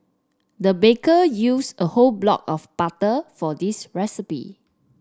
the baker used a whole block of butter for this recipe